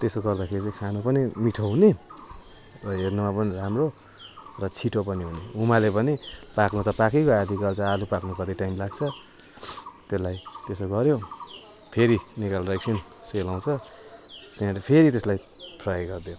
त्यसो गर्दाखेरि खानु पनि मिठो हुने र हेर्नुमा पनि राम्रो र छिटो पनि हुने उमाल्यो भने पाक्नु त पाकिगयो आधिकल्चो आलु पाक्नु कति टाइम लाग्छ त्यसलाई त्यसो गऱ्यो फेरि निकालेर एकछिन सेलाउँछ त्यहाँबाट फेरि त्यसलाई फ्राई गरिदियो